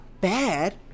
bad